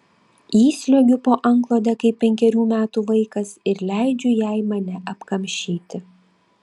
įsliuogiu po antklode kaip penkerių metų vaikas ir leidžiu jai mane apkamšyti